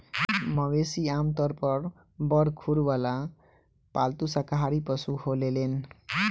मवेशी आमतौर पर बड़ खुर वाला पालतू शाकाहारी पशु होलेलेन